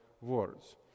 words